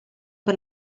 per